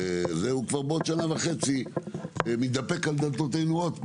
כבר בעוד שנה וחצי הוא מתדפק על דלתותינו עוד פעם.